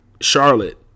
Charlotte